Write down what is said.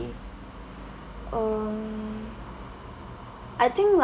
um I think like